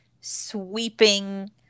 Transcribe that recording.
sweeping